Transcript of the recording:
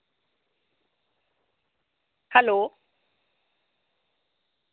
hello